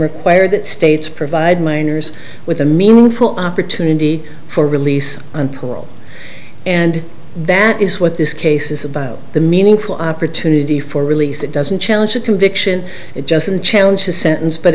require that states provide minors with a meaningful opportunity for release and pool and that is what this case is about the meaningful opportunity for release it doesn't challenge a conviction it doesn't challenge the sentence but